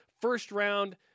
first-round